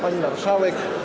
Pani Marszałek!